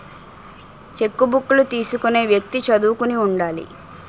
చెక్కుబుక్కులు తీసుకునే వ్యక్తి చదువుకుని ఉండాలి